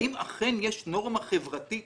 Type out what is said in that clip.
האם אכן יש נורמה חברתית